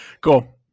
Cool